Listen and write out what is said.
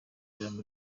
ijambo